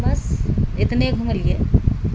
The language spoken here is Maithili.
बस एतने घुमलियै